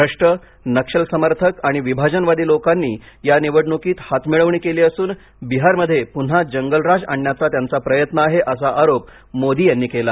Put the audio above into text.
भ्रष्ट नक्षल समर्थक आणि विभाजनवादी लोकांनी या निवडणुकीत हातमिळवणी केली असून बिहारमध्ये पुन्हा जंगल राज आणण्याचा त्यांचा प्रयत्न आहे असा आरोप मोदी यांनी केला